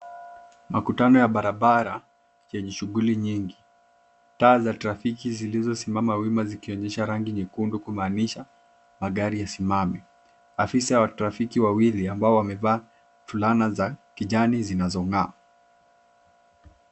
Makutano ya barabara yenye shughuli nyingi. Taa za trafiki zilizosimama wima zikionyesha rangi nyekundu kumaanisha magari yasimame. Afisa wa trafiki wawili ambao wamevaa fulana za kijani zinazong'aa.